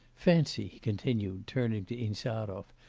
fancy he continued, turning to insarov,